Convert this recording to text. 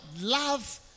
love